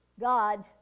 God